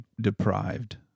deprived